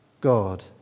God